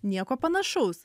nieko panašaus